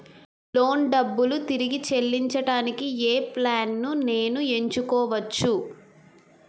Loan డబ్బులు తిరిగి చెల్లించటానికి ఏ ప్లాన్ నేను ఎంచుకోవచ్చు?